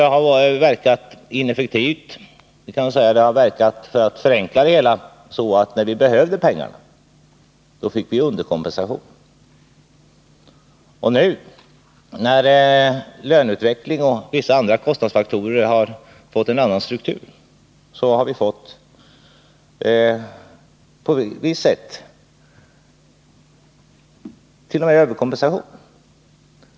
Man kan, för att förenkla det hela, säga att systemet har verkat så att vi, när vi behövde pengar, fick underkompensation. Och nu, när löneutvecklingen och vissa andra kostnadsfaktorer har fått en annan struktur, har vi på visst sätt fått t.o.m. överkompensation.